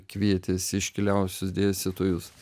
kvietėsi iškiliausius dėstytojus